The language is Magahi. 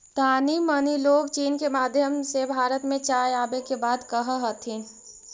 तानी मनी लोग चीन के माध्यम से भारत में चाय आबे के बात कह हथिन